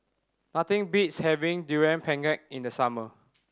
nothing beats having Durian Pengat in the summer